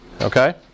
okay